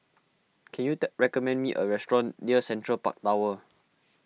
can you day recommend me a restaurant near Central Park Tower